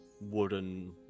wooden